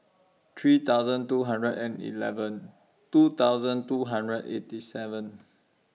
three thousand two hundred and eleven two thousand two hundred eighty seven